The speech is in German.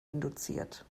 induziert